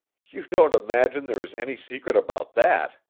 you don't imagine there is any secret about that!